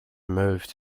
moved